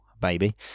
baby